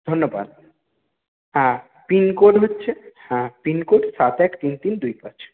ধন্যবাদ হ্যাঁ পিনকোড হচ্ছে হ্যাঁ পিনকোড সাত এক তিন তিন দুই পাঁচ